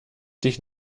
dich